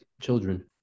children